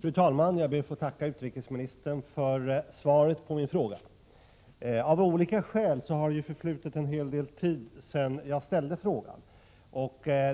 Fru talman! Jag ber att få tacka utrikesministern för svaret på min fråga. Av olika skäl har det förflutit en hel del tid sedan jag ställde frågan.